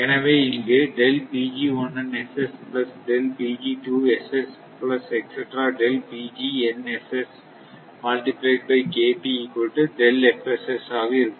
எனவே இங்கு ஆக இருக்கும்